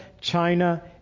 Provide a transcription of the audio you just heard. China